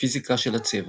הפיזיקה של הצבע